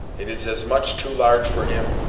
it is as much too large for him,